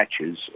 matches